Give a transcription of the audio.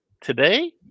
today